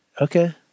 Okay